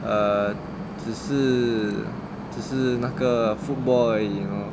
err 只是只是那个 football you know